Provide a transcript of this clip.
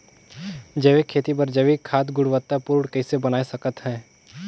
जैविक खेती बर जैविक खाद गुणवत्ता पूर्ण कइसे बनाय सकत हैं?